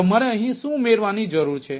તો તમારે અહીં શું ઉમેરવાની જરૂર છે